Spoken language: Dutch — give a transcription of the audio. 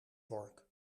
vork